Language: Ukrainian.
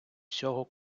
всього